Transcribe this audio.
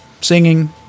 singing